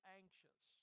anxious